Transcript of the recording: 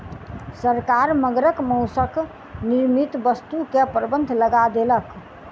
सरकार मगरक मौसक निर्मित वस्तु के प्रबंध लगा देलक